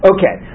Okay